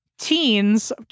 teens